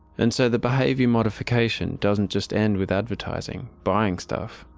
and so the behaviour modification doesn't just end with advertising, buying stuff,